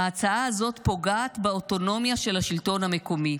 ההצעה הזאת פוגעת באוטונומיה של השלטון המקומי.